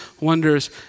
wonders